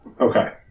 Okay